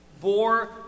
bore